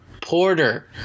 Porter